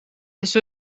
tas